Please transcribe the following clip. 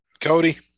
Cody